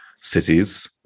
cities